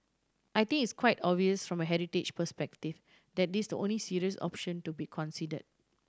I think it's quite obvious from a heritage perspective that is the only serious option to be consider